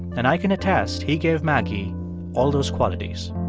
and i can attest he gave maggie all those qualities.